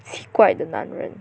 奇怪的男人